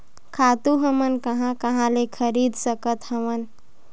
खातु हमन कहां कहा ले खरीद सकत हवन?